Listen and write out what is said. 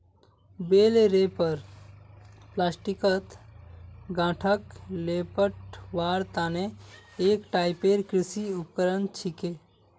बेल wrapper प्लास्टिकत गांठक लेपटवार तने एक टाइपेर कृषि उपकरण छिके